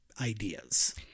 ideas